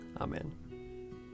Amen